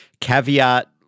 caveat